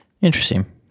Interesting